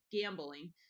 gambling